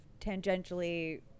tangentially